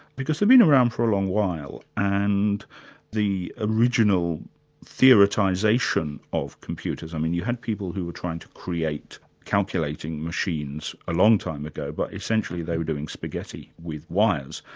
because they've been around for a long while, and the original theoritisation of computers, i mean you had people who were trying to create calculating machines a long time ago, but essentially they were doing spaghetti with wires.